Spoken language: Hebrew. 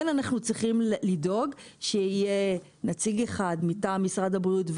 כן אנחנו צריכים לדאוג שיהיה נציג אחד מטעם משרד הבריאות,